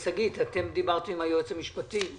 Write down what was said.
שגית, דיברה עם היועץ המשפטי.